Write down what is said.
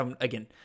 Again